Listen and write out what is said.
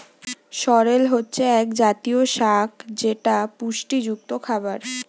সরেল হচ্ছে এক জাতীয় শাক যেটা পুষ্টিযুক্ত খাবার